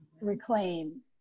reclaim